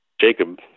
Jacob